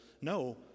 No